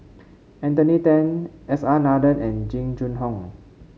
Anthony Then S R Nathan and Jing Jun Hong